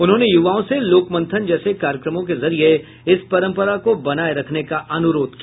उन्होंने युवाओं से लोकमंथन जैसे कार्यक्रमों के जरिये इस परंपरा को बनाये रखने का अनुरोध किया